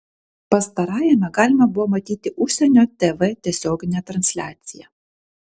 pastarajame galima buvo matyti užsienio tv tiesioginę transliaciją